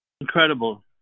Incredible